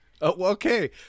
Okay